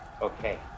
Okay